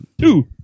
Two